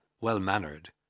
well-mannered